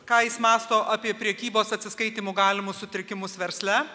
ką jis mąsto apie prekybos atsiskaitymų galimus sutrikimus versle